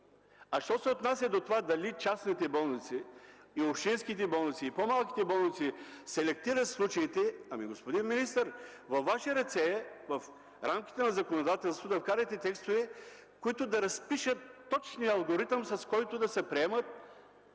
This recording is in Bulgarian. Що се отнася до това дали частните, общинските и по-малките болници селектират случаите, господин министър, във Ваши ръце е в рамките на законодателството да вкарате текстове, които да разпишат точния алгоритъм, с който да се приемат